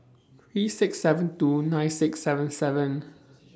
three six seven two nine six seven seven